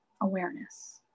awareness